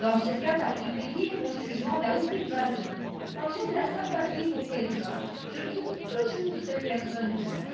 dans ce cas particulier mon jugement n'a aucune valeur quand j'ai de la sympathie pour quelqu'un je trouve toujours cette personne bien